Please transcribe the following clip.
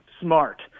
Smart